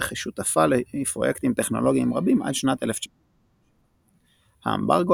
וכשותפה לפרויקטים טכנולוגיים רבים עד שנת 1967. האמברגו